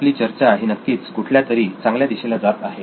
आपली चर्चा ही नक्कीच कुठल्यातरी चांगल्या दिशेला जाते आहे